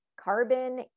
carbon